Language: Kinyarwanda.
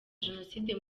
jenoside